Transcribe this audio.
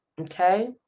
okay